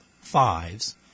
fives